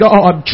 God